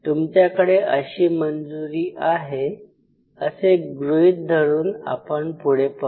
तुमच्याकडे अशी मंजूरी आहे असे गृहित धरुन आपण पुढे पाहू